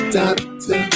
doctor